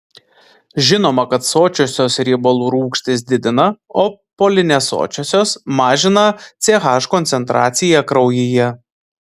žinoma kad sočiosios riebalų rūgštys didina o polinesočiosios mažina ch koncentraciją kraujyje